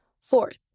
Fourth